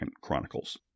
Chronicles